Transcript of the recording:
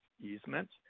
easement